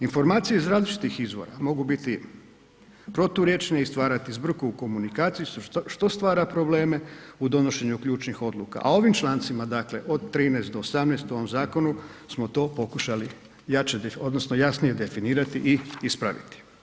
Informacije iz različitih izvora mogu biti proturječne i stvarati zbrku u komunikaciji što stvara probleme u donošenju ključnih odluka, a ovim člancima dakle od 13. od 18. u ovom zakonu smo to pokušali jače odnosno jasnije definirati i ispraviti.